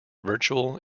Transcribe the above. virtual